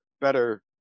better